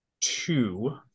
two